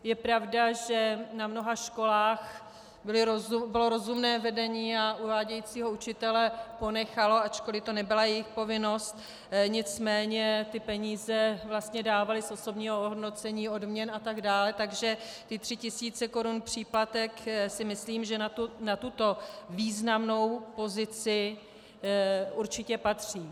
Je pravda, že na mnoha školách bylo rozumné vedení a uvádějícího učitele ponechalo, ačkoliv to nebyla jejich povinnost, nicméně ty peníze vlastně dávali z osobního ohodnocení, odměn atd., takže ty tři tisíce korun příplatek, si myslím, že na tuto významnou pozici určitě patří.